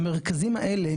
המרכזים האלה,